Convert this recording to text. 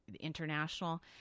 international